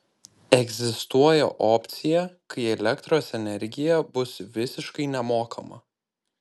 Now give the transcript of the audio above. egzistuoja opcija kai elektros energija bus visiškai nemokama